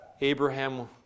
Abraham